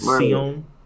Sion